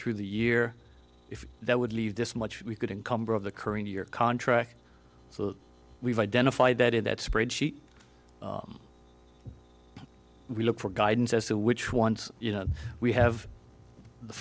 through the year if that would leave this much we could in cumber of the current year contract so we've identified that in that spreadsheet we look for guidance as to which ones you know we have